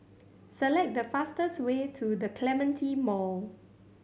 select the fastest way to The Clementi Mall